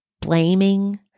blaming